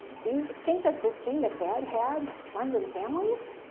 do you think that this thing that dad had runs in families?